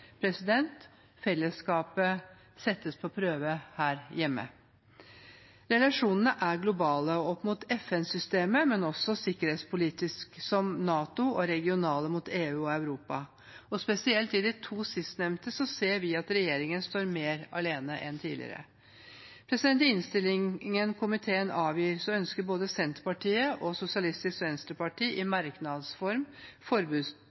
Fellesskapet settes på prøve her hjemme. Relasjonene er globale opp mot FN-systemet, men også sikkerhetspolitiske, som mot NATO, og regionale mot EU og Europa. Spesielt når det gjelder de to sistnevnte, ser vi at regjeringen står mer alene enn tidligere. I innstillingen komiteen avgir, ønsker både Senterpartiet og SV i